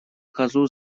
козу